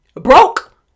Broke